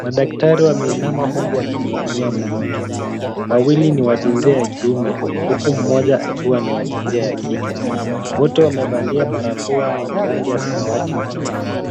Madaktari wameinama huku wakimhudumia mgonjwa. Wawili ni wa jinsia ya kiume, huku mmoja akiwa ni wa jinsia ya kike. Wote wamevalia barakoa yenye rangi ya samawati midomoni.